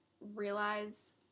realize